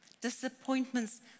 Disappointments